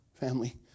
family